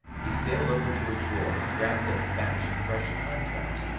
he sailed over to a drawer, grabbed a batch of fresh contracts,